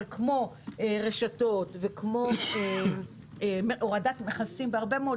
אבל כמו רשתות וכמו הורדת מכסים בהרבה מאוד